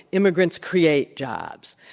immigrants create jobs.